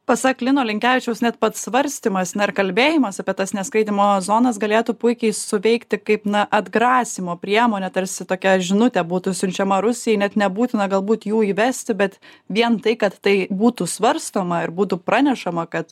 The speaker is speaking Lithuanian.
pasak lino linkevičiaus net pats svarstymas na ir kalbėjimas apie tas neskraidymo zonas galėtų puikiai suveikti kaip na atgrasymo priemonė tarsi tokia žinutė būtų siunčiama rusijai net nebūtina galbūt jų įvesti bet vien tai kad tai būtų svarstoma ir būtų pranešama kad